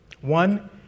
One